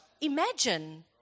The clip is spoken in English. Imagine